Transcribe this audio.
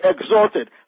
exalted